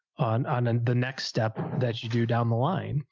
um and the next step that you do down the line,